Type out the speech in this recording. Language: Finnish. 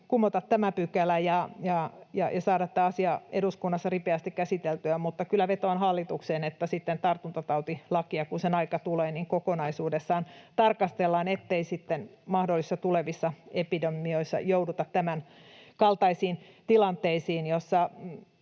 kumota tämä pykälä ja saada tämä asia eduskunnassa ripeästi käsiteltyä. Mutta kyllä vetoan hallitukseen, että tartuntatautilakia sitten, kun sen aika tulee, kokonaisuudessaan tarkastellaan, ettei sitten mahdollisissa tulevissa epidemioissa jouduta tämänkaltaisiin tilanteisiin,